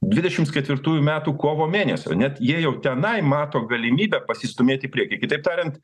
dvidešims ketvirtųjų metų kovo mėnesio net jie jau tenai mato galimybę pasistūmėti į priekį kitaip tariant